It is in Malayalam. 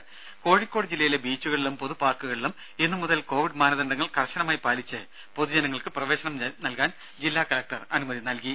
ദേഴ കോഴിക്കോട് ജില്ലയിലെ ബീച്ചുകളിലും പൊതു പാർക്കുകളിലും ഇന്നു മുതൽ കോവിഡ് മാനദണ്ഡങ്ങൾ കർശനമായി പാലിച്ച് പൊതുജനങ്ങൾക്ക് പ്രവേശനം നൽകാൻ ജില്ലാ കലക്ടർ സാംബശിവ റാവു അനുമതി നൽകി